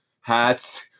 hats